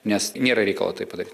nes nėra reikalo tai padaryt